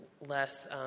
less